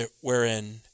wherein